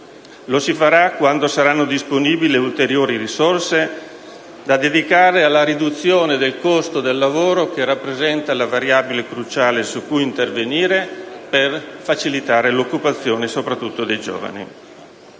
lo si faraquando saranno disponibili ulteriori risorse da dedicare alla riduzione del costo del lavoro, che rappresenta la variabile cruciale su cui intervenire per facilitare l’occupazione, soprattutto dei giovani.